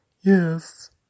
Yes